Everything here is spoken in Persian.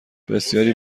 بسیاری